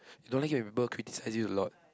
I don't like it when people criticise you a lot